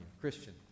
Christian